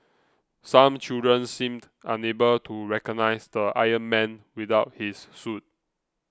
some children seemed unable to recognise the Iron Man without his suit